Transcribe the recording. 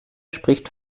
spricht